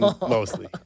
mostly